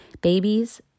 babies